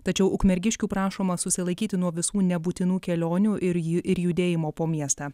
tačiau ukmergiškių prašoma susilaikyti nuo visų nebūtinų kelionių ir ju ir judėjimo po miestą